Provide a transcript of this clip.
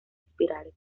espirales